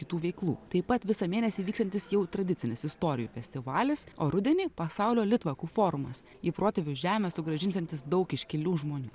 kitų veiklų taip pat visą mėnesį vyksiantis jau tradicinis istorijų festivalis o rudenį pasaulio litvakų forumas į protėvių žemę sugrąžinsiantis daug iškilių žmonių